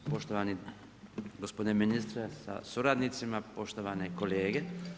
Poštovani gospodine ministre sa suradnicima, poštovane kolege.